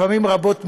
לפעמים רבות מדי,